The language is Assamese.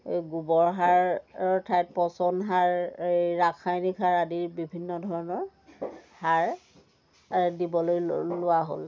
এই গোবৰ সাৰৰ ঠাইত পচন সাৰ এই ৰাসায়নিক সাৰ আদিৰ বিভিন্ন ধৰণৰ সাৰ দিবলৈ লোৱা হ'ল